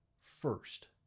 first